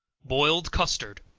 boiled custard.